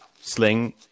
sling